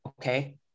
okay